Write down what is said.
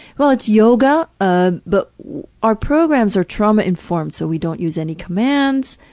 well it's yoga ah but our programs are trauma informed so we don't use any commands.